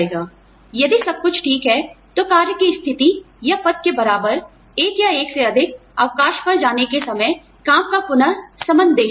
यदि सब कुछ ठीक है तो कार्य की स्थिति या पद के बराबर एक या एक से अधिक अवकाश पर जाने के समय काम का पुन समनदेशन